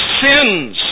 sins